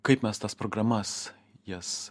kaip mes tas programas jas